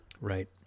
Right